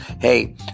Hey